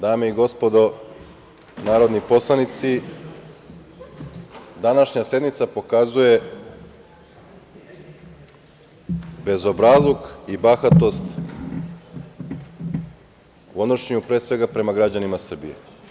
Dame i gospodo narodni poslanici, današnja sednica pokazuje bezobrazluk i bahatost u odnošenju, pre svega, prema građanima Srbije.